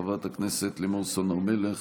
חברת הכנסת לימור סון הר מלך.